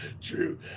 true